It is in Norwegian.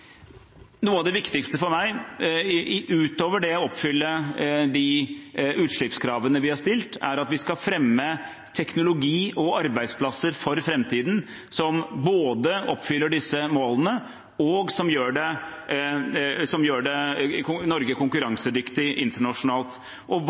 noe av det viktigste for meg, utover det å oppfylle de utslippskravene vi har stilt, er at vi skal fremme teknologi og arbeidsplasser for framtiden som både oppfyller disse målene og gjør